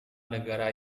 negara